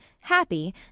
happy